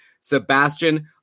sebastian